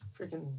freaking